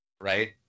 right